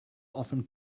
often